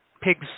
pigs